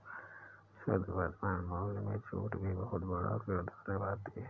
शुद्ध वर्तमान मूल्य में छूट भी बहुत बड़ा किरदार निभाती है